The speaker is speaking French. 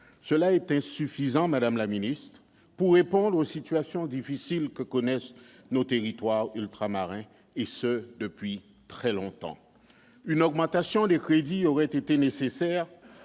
Cela est insuffisant, madame la ministre, pour répondre aux situations difficiles que connaissent nos territoires ultramarins, depuis très longtemps. Une augmentation des crédits aurait été nécessaire